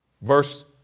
verse